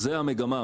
זאת המגמה.